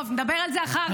טוב, נדבר על זה אחר כך.